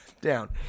down